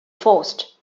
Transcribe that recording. forced